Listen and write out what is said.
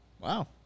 Wow